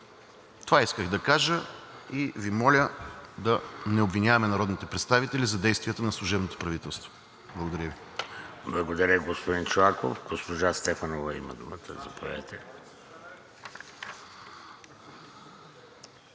Това исках да кажа и Ви моля да не обвиняваме народните представители за действията на служебното правителство. Благодаря Ви. ПРЕДСЕДАТЕЛ ВЕЖДИ РАШИДОВ: Благодаря, господин Чолаков. Госпожа Стефанова има думата – заповядайте.